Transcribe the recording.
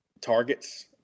Targets